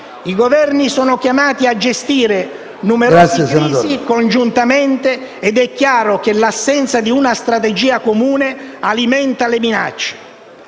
I Governi sono chiamati a gestire numerose crisi congiuntamente ed è chiaro che l'assenza di una strategia comune alimenta le minacce.